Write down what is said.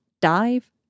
dive